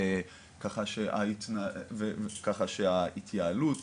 ככה שההתייעלות